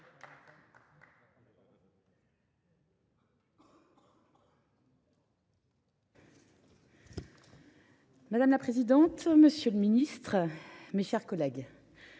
Madame la présidente, monsieur le ministre, mes chers collègues,